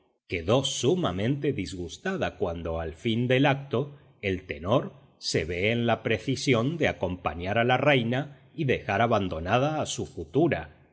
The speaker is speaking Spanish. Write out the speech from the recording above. quedó sumamente disgustada cuando al fin del acto el tenor se ve en la precisión de acompañar a la reina y dejar abandonada a su futura